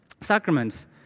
Sacraments